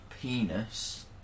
Penis